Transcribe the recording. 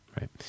right